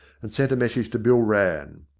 and sent a message to bill rann.